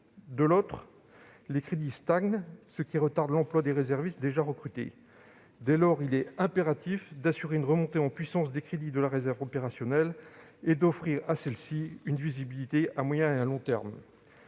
De l'autre, les crédits stagnent, ce qui retarde l'emploi des réservistes déjà recrutés. Dès lors, il est impératif d'assurer une remontée en puissance des crédits de la réserve opérationnelle et d'offrir à celle-ci une visibilité à moyen et long termes.